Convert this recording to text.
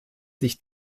sich